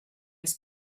his